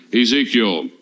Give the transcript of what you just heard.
Ezekiel